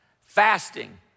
fasting